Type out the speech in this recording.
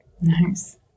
nice